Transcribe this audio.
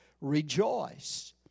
Rejoice